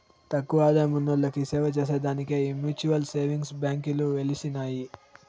తక్కువ ఆదాయమున్నోల్లకి సేవచేసే దానికే ఈ మ్యూచువల్ సేవింగ్స్ బాంకీలు ఎలిసినాయి